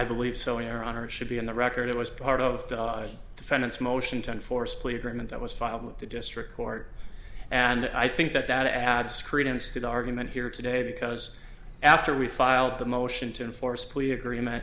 believe so your honor should be on the record it was part of the defendant's motion to enforce a plea agreement that was filed with the district court and i think that that adds credence to the argument here today because after we filed the motion to enforce plea agreement